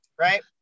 Right